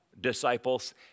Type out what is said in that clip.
disciples